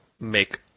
make